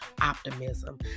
optimism